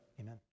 Amen